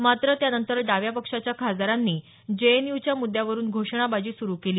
मात्र त्यानंतर डाव्या पक्षाच्या खासदारांनी जेएनयूच्या मुद्यावरून घोषणाबाजी सुरू केली